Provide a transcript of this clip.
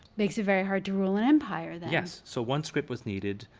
makes it very hard to rule an empire then. yes, so one script was needed,